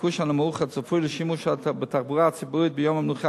הביקוש הנמוך הצפוי לשימוש בתחבורה הציבורית ביום המנוחה